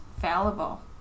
fallible